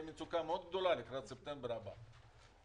מצוקה גדולה מאוד לקראת ספטמבר הבא.